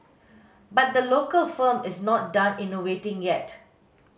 but the local firm is not done innovating yet